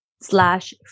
slash